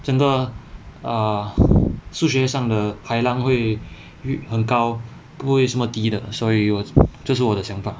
整个 err 数学上的海浪会很高不会这么低的所以我这是我的想法